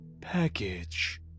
package